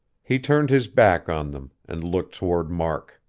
he turned his back on them, and looked toward mark.